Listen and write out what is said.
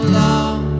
long